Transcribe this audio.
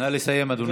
נא לסיים, אדוני.